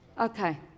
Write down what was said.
Okay